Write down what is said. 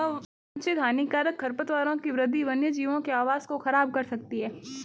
अवांछित हानिकारक खरपतवारों की वृद्धि वन्यजीवों के आवास को ख़राब कर सकती है